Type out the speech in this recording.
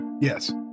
yes